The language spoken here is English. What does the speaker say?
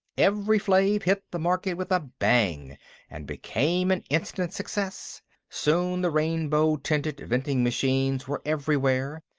evri-flave hit the market with a bang and became an instant success soon the rainbow-tinted vending machines were everywhere,